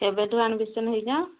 ଏବେଠୁ ଆଡମିଶନ୍ ହେଇଯା